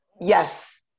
Yes